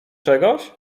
czegoś